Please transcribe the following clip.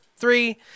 Three